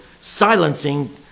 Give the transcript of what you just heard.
silencing